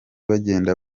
bagenda